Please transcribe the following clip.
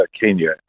Kenya